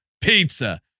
pizza